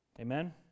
Amen